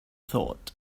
thought